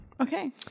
okay